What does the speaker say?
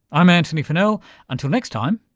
i'm antony funnell, until next time,